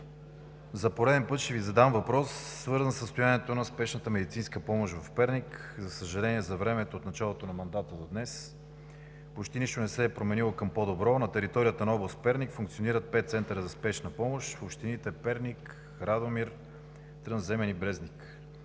за пореден път ще Ви задам въпрос, свързан със състоянието на спешната медицинска помощ в Перник. За съжаление, за времето от началото на мандата до днес почти нищо не се е променило към по-добро. На територията на област Перник функционират пет центъра за спешна помощ в общините Перник, Радомир, Трън, Земен и Брезник.